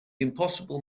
impossible